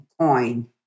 coin